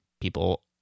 people